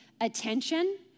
attention